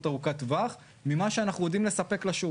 ארוכת טווח ממה שאנחנו יודעים לספק לשוק.